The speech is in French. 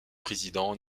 présidents